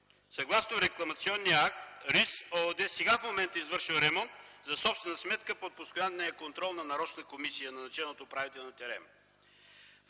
Съгласно рекламационния акт „Рис” ООД сега, в момента, извършва ремонт за собствена сметка под постоянния контрол на нарочна комисия, назначена от управителя на „Терем”.